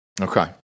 Okay